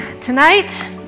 tonight